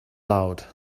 loud